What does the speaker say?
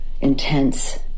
intense